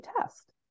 test